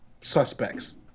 suspects